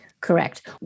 Correct